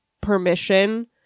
permission